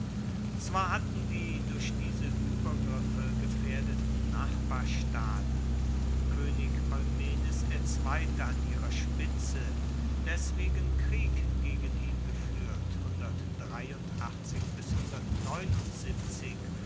zwar hatten die durch diese übergriffe gefährdeten nachbarstaaten könig eumenes ii an ihrer spitze deswegen krieg gegen ihn geführt